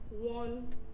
one